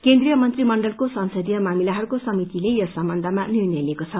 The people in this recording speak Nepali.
केन्द्रीय मंत्रीमण्डलको संसदीय मामिलाहरूको समितिले यस सम्बन्धमा निर्णय लिएको छ